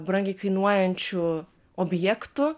brangiai kainuojančių objektų